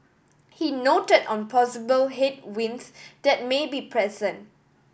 he noted on possible headwinds that may be present